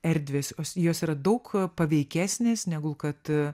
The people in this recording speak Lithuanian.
erdvės jos jos yra daug paveikesnės negu kad